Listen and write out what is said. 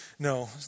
No